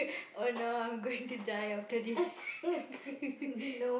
oh no I am going to die after this